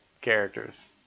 characters